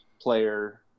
player